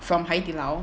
from 海底捞